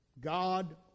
God